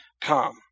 come